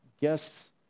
guests